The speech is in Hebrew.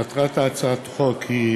מטרת הצעת החוק היא